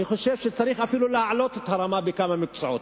אני חושב שצריך אפילו להעלות את הרמה בכמה מקצועות.